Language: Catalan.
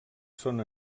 són